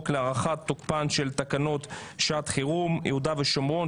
להארכת תוקפן של תקנות שעת חירום (יהודה והשומרון,